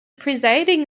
presiding